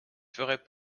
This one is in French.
ferais